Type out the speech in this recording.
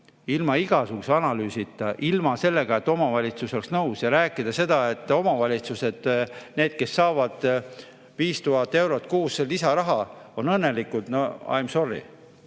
ilma igasuguse analüüsita, ilma selleta, et omavalitsused oleks nõus. Ja rääkida seda, et omavalitsused, kes saavad 5000 eurot kuus lisaraha, on õnnelikud – noI'm sorry.